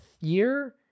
year